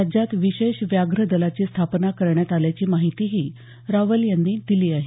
राज्यात विशेष व्याघ्र दलाची स्थापना करण्यात आल्याची माहितीही रावल यांनी दिली आहे